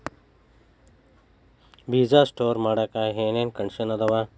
ಬೇಜ ಸ್ಟೋರ್ ಮಾಡಾಕ್ ಏನೇನ್ ಕಂಡಿಷನ್ ಅದಾವ?